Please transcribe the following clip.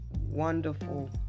wonderful